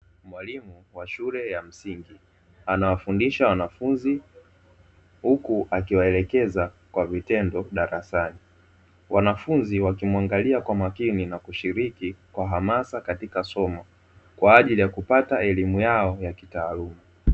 Mwalimu wa shule ya msingi, anawafundisha wanafunzi huku akiwaelekeza kwa vitendo darasani. Wanafunzi wakimuangalia kwa makini na kushiriki kwa hamasa katika somo, kwa ajili ya kupata elimu yao ya kitaaluma.